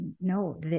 no